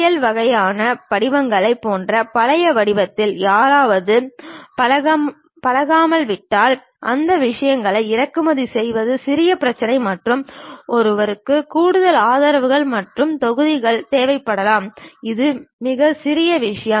L வகையான படிவங்களைப் போன்ற பழைய வடிவத்திற்கு யாராவது பழக்கமாகிவிட்டால் அந்த விஷயங்களை இறக்குமதி செய்வது சிறிய பிரச்சினை மற்றும் ஒருவருக்கு கூடுதல் ஆதரவுகள் மற்றும் தொகுதிகள் தேவைப்படலாம் இது மிகச் சிறிய விஷயம்